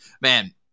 man